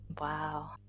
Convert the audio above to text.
Wow